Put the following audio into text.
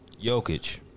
Jokic